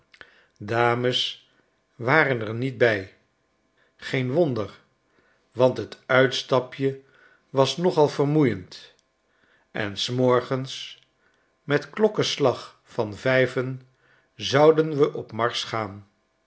dames waren er niet bij geen wonder want het uitstapje was nogal vermoeiend en s morgens met klokkeslag van vijven zouden we op marsch gaan